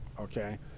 Okay